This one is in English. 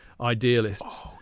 idealists